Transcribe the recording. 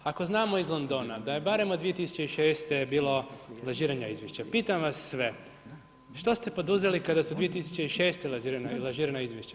Ako znamo iz Londona, da je barem od 2006. bilo lažiranje izvješća, pitam vas sve, što ste poduzeli kada se 2006. lažirana izvješća?